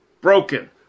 broken